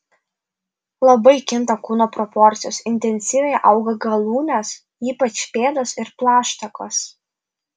labai kinta kūno proporcijos intensyviai auga galūnės ypač pėdos ir plaštakos